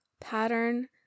pattern